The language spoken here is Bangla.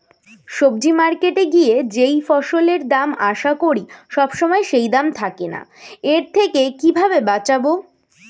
সবজি মার্কেটে গিয়ে যেই ফসলের দাম আশা করি সবসময় সেই দাম থাকে না এর থেকে কিভাবে বাঁচাবো?